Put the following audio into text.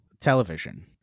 television